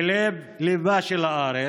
בלב-ליבה של הארץ,